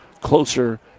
closer